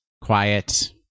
quiet